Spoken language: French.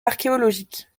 archéologiques